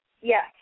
Yes